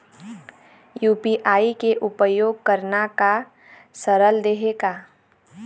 UPI के उपयोग करना का सरल देहें का?